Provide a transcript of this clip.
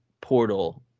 portal